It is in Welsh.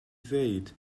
ddweud